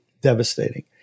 devastating